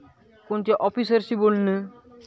कोणच्या ऑफिसरशी बोलणं